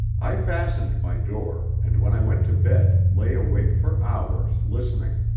i fastened my door, and when i went to bed lay awake for hours listening.